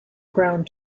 ground